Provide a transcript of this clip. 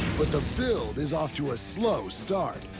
but the build is off to a slow start.